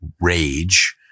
rage